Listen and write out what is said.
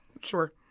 Sure